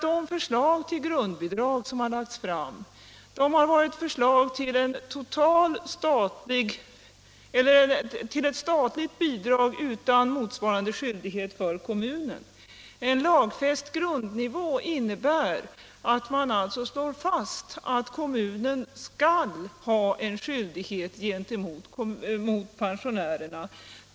De förslag till grundbidrag som lagts fram har varit förslag till ett statligt bidrag utan motsvarande skyldighet för kommunen. En lagfäst grundnivå innebär att man slår fast att kommunen skall ha en skyldighet gentemot pensionärerna.